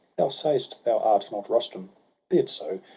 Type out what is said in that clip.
thou say'st, thou art not rustum be it so!